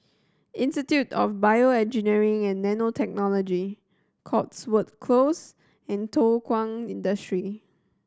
Institute of BioEngineering and Nanotechnology Cotswold Close and Thow Kwang Industry